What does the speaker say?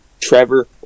Trevor